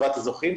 הזוכים,